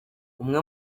umwe